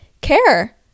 care